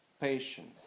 patience